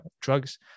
drugs